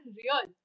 real